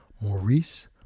Maurice